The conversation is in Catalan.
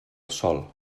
sol